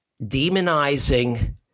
demonizing